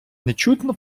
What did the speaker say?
нечутно